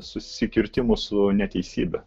susikirtimų su neteisybe